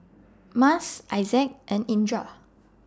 Mas Izzat and Indra